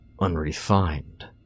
unrefined